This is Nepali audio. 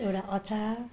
एउटा अचार